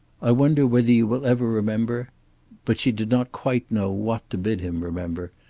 i wonder whether you will ever remember but she did not quite know what to bid him remember,